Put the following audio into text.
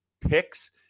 picks